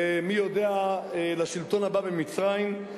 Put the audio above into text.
ומי יודע, לשלטון הבא במצרים.